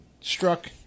struck